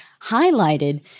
highlighted